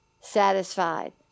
Satisfied